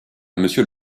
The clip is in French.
monsieur